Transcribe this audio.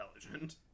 intelligent